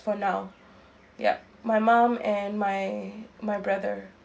for now yup my mum and my my brother